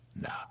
nah